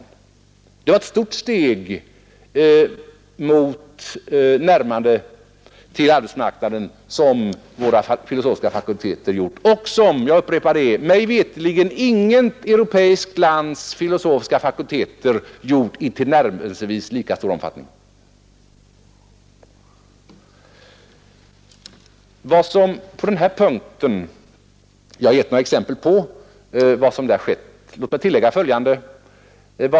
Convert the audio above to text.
Det var ett stort steg mot närmande till arbetsmarknaden som våra filosofiska fakulteter tog och som — jag upprepar det — veterligen inget annat europeiskt lands filosofiska fakulteter tagit i ens tillnärmelsevis lika stor omfattning. Jag har gett några exempel på vad som där har skett. Låt mig tillägga följande.